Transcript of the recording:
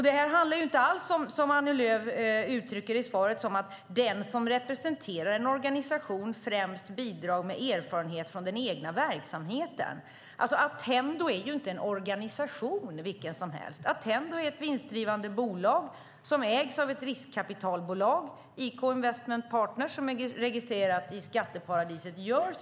Det här handlar inte alls om det som Annie Lööf uttrycker i svaret, nämligen att den som representerar en organisation främst bidrar med erfarenhet från den egna verksamheten. Attendo är inte en organisation vilken som helst. Attendo är ett vinstdrivande bolag som ägs av ett riskkapitalbolag, IK Investment Partners, som är registrerat i skatteparadiset Jersey.